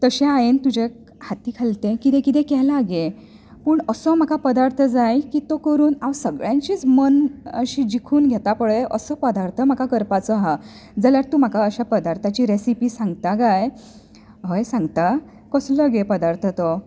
तशें हांयेन तुजे हाती खालतें कितें कितें केलां गे पूण असो म्हाका पदार्थ जाय तो करून हांव सगळ्यांचीच मनां अशीं जिखून घेता पळय असो पदार्थ म्हाका करपाचो आसा जाल्यार तूं म्हाका अश्या पदार्थाची रेसीपी सांगता कांय हय सांगता कसलो गे पदार्थ तो